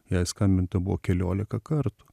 jai skambinta buvo keliolika kartų